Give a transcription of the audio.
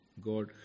God